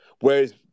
whereas